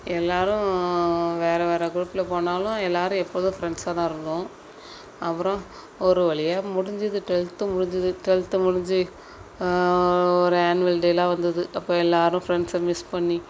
எல்லோரும் வேறு வேறு குரூப்பில் போனாலும் எல்லோரும் எப்போதும் ஃப்ரெண்ட்ஸாக தான் இருந்தோம் அப்புறம் ஒரு வழியா முடிஞ்சுது டுவெல்த்து முடிஞ்சுது டுவெல்த்து முடிஞ்சு ஒரு ஆன்வல் டேலாம் வந்தது அப்போ எல்லோரும் ஃப்ரெண்ட்ஸை மிஸ் பண்ணி